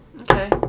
Okay